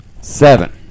Seven